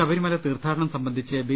ശബരിമല തീർത്ഥാടനം സംബന്ധിച്ച് ബി